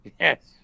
Yes